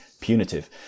punitive